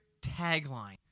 tagline